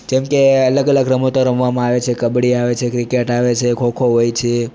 જેમ કે અલગ અલગ રમતો રમવામાં આવે છે કબડ્ડી આવે છે ક્રિકેટ આવે છે ખોખો હોય છે